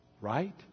right